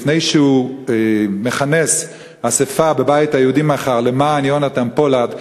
לפני שהוא מכנס אספה בבית היהודי מחר למען יונתן פולארד,